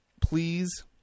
please